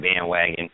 bandwagon